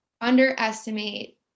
underestimate